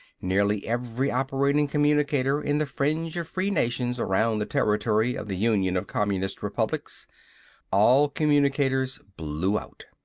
nearly every operating communicator in the fringe of free nations around the territory of the union of communist republics all communicators blew out.